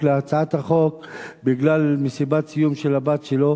של הצעת החוק בגלל מסיבת סיום של הבת שלו.